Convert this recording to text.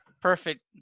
Perfect